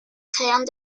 kern